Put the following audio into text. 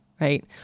right